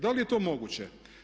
Da li je to moguće?